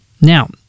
Now